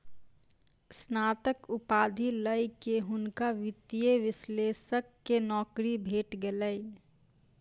स्नातक उपाधि लय के हुनका वित्तीय विश्लेषक के नौकरी भेट गेलैन